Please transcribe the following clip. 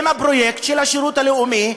עם הפרויקט של השירות הלאומי,